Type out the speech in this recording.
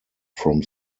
from